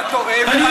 אתה טועה ומטעה.